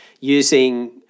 using